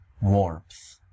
warmth